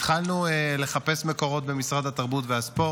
התחלנו לחפש מקורות במשרד התרבות והספורט,